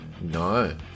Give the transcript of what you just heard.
No